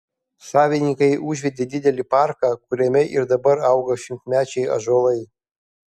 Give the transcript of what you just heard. savininkai užvedė didelį parką kuriame ir dabar auga šimtmečiai ąžuolai